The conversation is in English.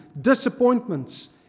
disappointments